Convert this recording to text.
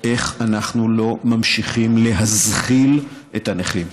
איך אנחנו לא ממשיכים להזחיל את הנכים.